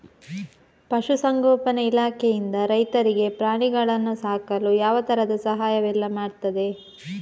ಪಶುಸಂಗೋಪನೆ ಇಲಾಖೆಯಿಂದ ರೈತರಿಗೆ ಪ್ರಾಣಿಗಳನ್ನು ಸಾಕಲು ಯಾವ ತರದ ಸಹಾಯವೆಲ್ಲ ಮಾಡ್ತದೆ?